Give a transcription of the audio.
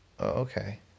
okay